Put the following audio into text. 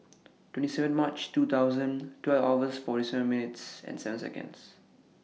twenty seven March two thousand twelve hours forty seven minutes and seven Seconds